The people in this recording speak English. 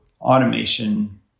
automation